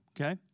okay